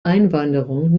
einwanderung